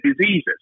diseases